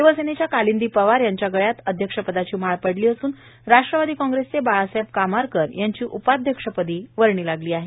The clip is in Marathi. शिवसेनेच्या कालिंदी पवार ह्यांच्या गळ्यात अध्यक्षपदाची माळ पडली असून राष्ट्रवादी काँग्रेसचे बाळासाहेब कामारकर यांची उपाध्यक्षपदी वर्णी लागली आहे